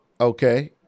Okay